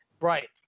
Right